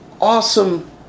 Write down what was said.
awesome